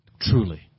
Truly